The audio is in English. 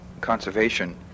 conservation